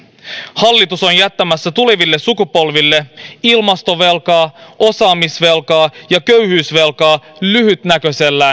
hallitus on jättämässä tuleville sukupolville ilmastovelkaa osaamisvelkaa ja köyhyysvelkaa lyhytnäköisellä